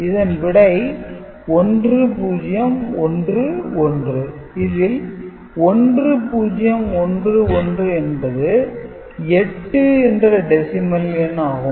இதன் விடை 1011 இதில் 1011 என்பது 8 என்ற டெசிமல் எண் ஆகும்